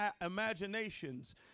imaginations